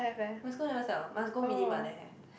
my school never sell must go mini mart then have